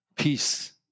Peace